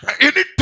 Anytime